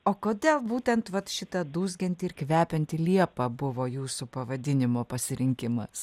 o kodėl būtent vat šita dūzgianti ir kvepianti liepa buvo jūsų pavadinimo pasirinkimas